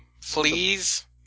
Fleas